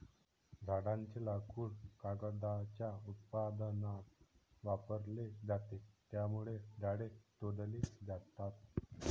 झाडांचे लाकूड कागदाच्या उत्पादनात वापरले जाते, त्यामुळे झाडे तोडली जातात